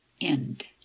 End